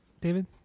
David